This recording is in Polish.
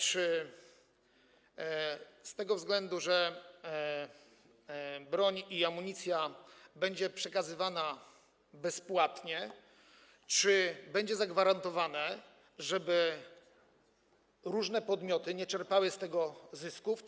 Czy z tego względu, że broń i amunicja będą przekazywane bezpłatnie, będzie zagwarantowane to, żeby różne podmioty nie czerpały z tego zysków?